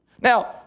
Now